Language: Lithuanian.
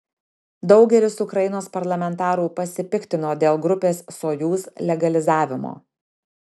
daugelis ukrainos parlamentarų pasipiktino dėl grupės sojuz legalizavimo